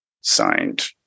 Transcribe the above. signed